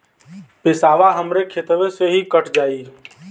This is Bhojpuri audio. पेसावा हमरा खतवे से ही कट जाई?